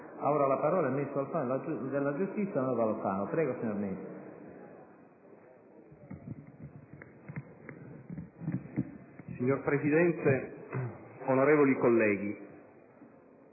Signor Presidente, onorevoli colleghi,